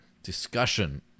discussion